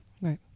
Right